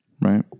Right